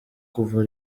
kuva